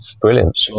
Brilliant